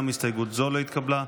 גם הסתייגות זו לא התקבלה.